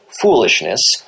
foolishness